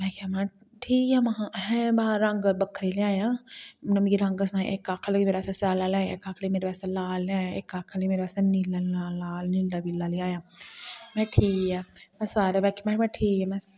में आखेआ ठीक ऐ में हा है रंग बक्खरे लेई आयां नमें रंग सनाए इक आखन लगी मेरे आस्तै सैल्ला लेई आयां इक आक्खन लगी मेरे आस्तै लाल लेई आयां इक आक्खन लगी मेरे आस्तै नीला लाल पीला लेई आयां में ठीक ऐ सारे गी आखेआ में ठीक ऐ